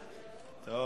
לדבר.